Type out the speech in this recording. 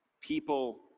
People